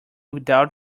without